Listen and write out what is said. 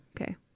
okay